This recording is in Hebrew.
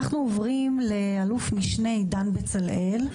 אל"מ עידן בצלאל,